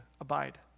abide